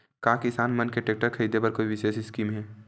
का किसान मन के टेक्टर ख़रीदे बर कोई विशेष स्कीम हे?